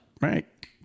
right